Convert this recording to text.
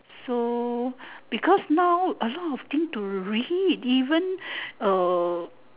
so because now a lot of thing to read even uh